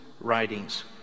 writings